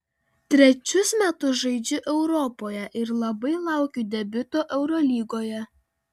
trečius metus žaidžiu europoje ir labai laukiu debiuto eurolygoje